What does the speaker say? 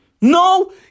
No